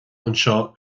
anseo